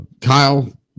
Kyle